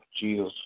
Jesus